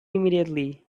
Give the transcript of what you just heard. immediately